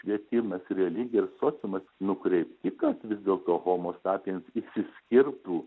švietimas ir religija ir sociumas nukreipti kad vis dėlto homo sapiens išsiskirtų